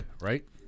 right